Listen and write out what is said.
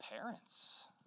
parents